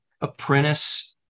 apprentice